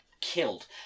killed